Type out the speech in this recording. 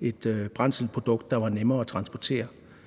et brændselsprodukt, der var nemmere at transportere.